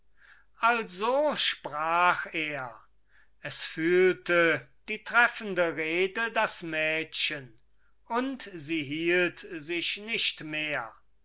also sprach er es fühlte die treffende rede das mädchen und sie hielt sich nicht mehr